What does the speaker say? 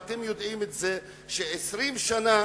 ואתם יודעים את זה, ש-20 שנה